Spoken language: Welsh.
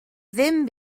ddim